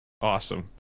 Awesome